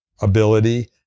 ability